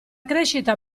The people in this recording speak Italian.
crescita